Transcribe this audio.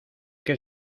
que